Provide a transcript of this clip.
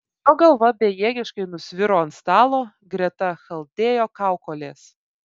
jo galva bejėgiškai nusviro ant stalo greta chaldėjo kaukolės